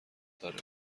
داره